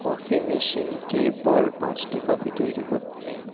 coffee মেশিনকে বল পাঁচটি কফি তৈরি করতে